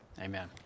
Amen